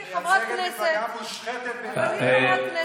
תודה, אדוני היושב-ראש.